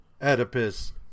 Oedipus